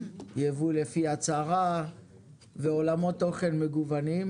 יבוא לפי הצהרה ועולמות תוכן מגוונים.